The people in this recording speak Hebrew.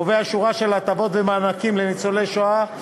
קובע שורה של הטבות ומענקים לניצולי שואה,